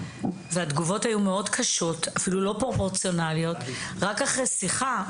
והתגובות היו מאוד קשות אפילו לא פרופורציונליות רק אחרי שיחה,